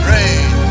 Rain